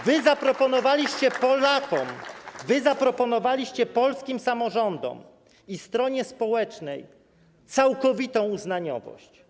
Wy zaproponowaliście Polakom, zaproponowaliście polskim samorządom i stronie społecznej całkowitą uznaniowość.